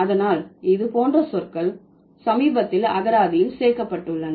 அதனால்இது போன்ற சொற்கள் சமீபத்தில் அகராதியில் சேர்க்கப்பட்டுள்ளன